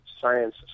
science